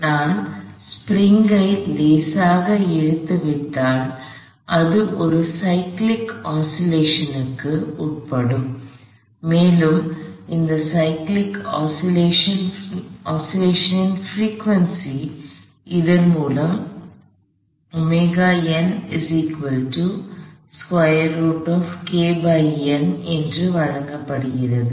நான் ஸ்ப்ரிங் ஐ லேசாக இழுத்து விட்டுவிட்டால் அது ஒரு சைலிக் ஓஸ்சிலேஷன் கு Cyclic Oscillationசுழற்சி அலைவு உட்படும் மேலும் அந்த சைலிக் ஓஸ்சிலேஷன்களின் பிரிக்குவெண்சிFrequencyஅதிர்வெண் இதன் மூலம் வழங்கப்படுகிறது